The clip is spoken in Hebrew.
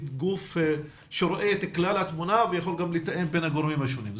גוף שרואה את כלל התמונה ויכול גם לתאם בין הגורמים השונים.